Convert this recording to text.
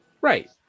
right